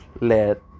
let